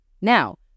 Now